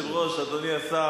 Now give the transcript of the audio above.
כן, אדוני היושב-ראש, אדוני השר,